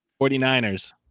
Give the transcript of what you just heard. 49ers